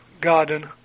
garden